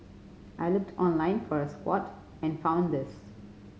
I looked online for a squat and found this